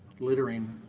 littering